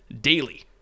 daily